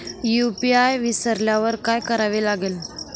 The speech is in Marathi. यू.पी.आय विसरल्यावर काय करावे लागेल?